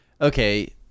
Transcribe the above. okay